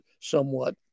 somewhat